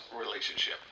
relationship